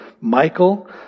Michael